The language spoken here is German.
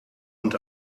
und